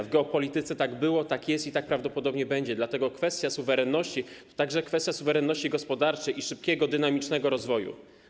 W geopolityce tak było, tak jest i tak prawdopodobnie będzie, dlatego kwestia suwerenności to także kwestia suwerenności gospodarczej i szybkiego, dynamicznego rozwoju.